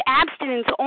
abstinence